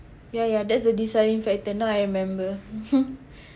ya ya that's the deciding factor now I remember